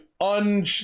un